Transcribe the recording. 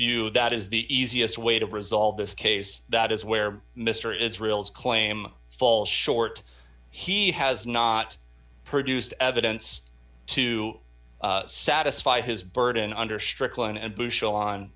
view that is the easiest way to resolve this case that is where mr israel's claim falls short he has not produced evidence to satisfy his burden under strickland who show on